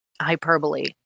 hyperbole